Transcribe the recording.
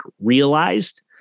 realized